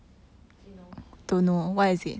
do you know